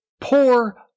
poor